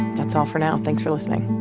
that's all for now. thanks for listening